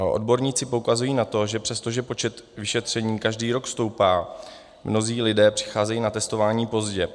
Odborníci poukazují na to, že přestože počet vyšetření každý rok stoupá, mnozí lidé přicházejí na testování pozdě.